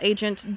Agent